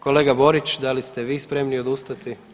Kolega Borić da li ste vi spremni odustati?